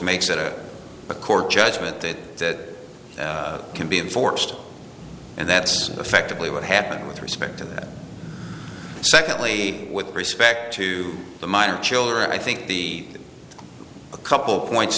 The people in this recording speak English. makes it a a court judgement that can be enforced and that's effectively what happened with respect to that secondly with respect to the minor children i think the a couple points